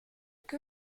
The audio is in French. que